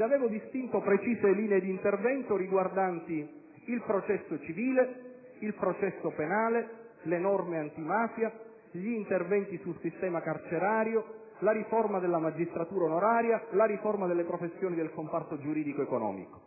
Avevo così distinto precise linee d'intervento riguardanti il processo civile, il processo penale, le norme antimafia, gli interventi sul sistema carcerario, la riforma della magistratura onoraria, la riforma delle professioni del comparto giuridico-economico.